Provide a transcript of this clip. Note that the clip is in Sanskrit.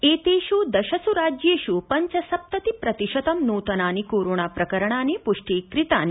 एतेष् दशसु राज्येष् पञ्च सप्तति प्रतिशत नूतनानि कोरोणा प्रकरणानि पुष्टीकृतानि